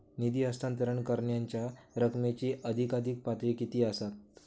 निधी हस्तांतरण करण्यांच्या रकमेची अधिकाधिक पातळी किती असात?